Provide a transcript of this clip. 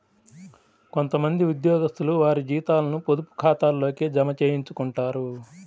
కొంత మంది ఉద్యోగస్తులు వారి జీతాలను పొదుపు ఖాతాల్లోకే జమ చేయించుకుంటారు